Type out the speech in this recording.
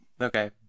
Okay